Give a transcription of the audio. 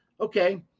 Okay